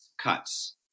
cuts